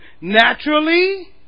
naturally